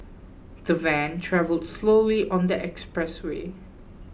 the van travelled slowly on the expressway